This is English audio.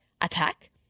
attack